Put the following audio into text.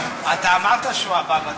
אתה אמרת שהוא הבא בתור.